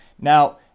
Now